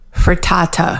frittata